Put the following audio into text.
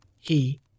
he